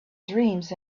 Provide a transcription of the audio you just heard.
dreams